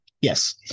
Yes